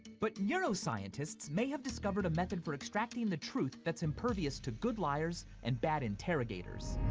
but neuroscientists may have discovered a method for extracting the truth that's impervious to good liars and bad interrogators.